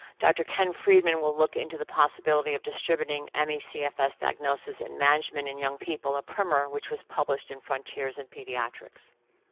dr. ken friedman will look into the possibility of distributing me cfs diagnosis and management in young people a primer which was published in frontiers in pediatrics.